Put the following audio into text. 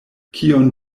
kion